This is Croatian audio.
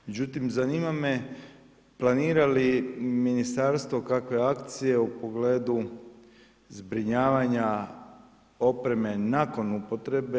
Međutim, zanima me planira li Ministarstvo kakve akcije u pogledu zbrinjavanja opreme nakon upotrebe?